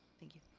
thank you.